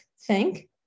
thank